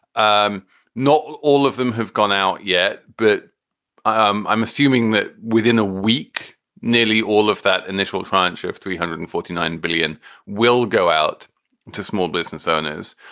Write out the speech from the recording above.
um not all of them have gone out yet, but um i'm assuming that within a week nearly all of that initial tranche of three hundred and forty nine billion will go out to small business owners.